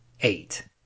eight